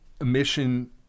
emission